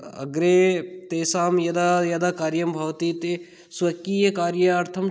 अग्रे तेषां यदा यदा कार्यं भवति ते स्वकीयकार्यार्थं